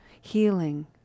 healing